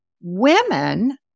Women